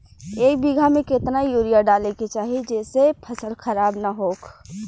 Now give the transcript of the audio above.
एक बीघा में केतना यूरिया डाले के चाहि जेसे फसल खराब ना होख?